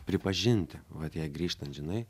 pripažinti vat jei grįžtant žinai